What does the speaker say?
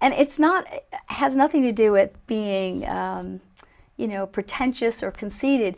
and it's not has nothing to do it being you know pretentious or conceded